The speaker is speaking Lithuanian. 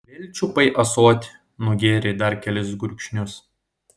vėl čiupai ąsotį nugėrei dar kelis gurkšnius